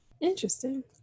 Interesting